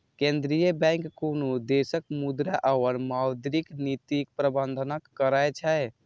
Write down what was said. केंद्रीय बैंक कोनो देशक मुद्रा और मौद्रिक नीतिक प्रबंधन करै छै